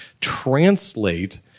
translate